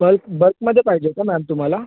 bulk बल्कमध्ये पाहिजे का मॅम तुम्हाला